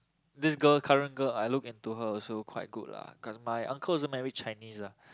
this girl current girl I look into her also quite good lah cause my uncle also married Chinese ah